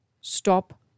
Stop